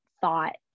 thought